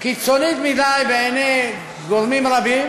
קיצונית מדי בעיני גורמים רבים.